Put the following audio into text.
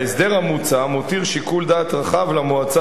ההסדר המוצע מותיר שיקול דעת רחב למועצה